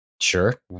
Sure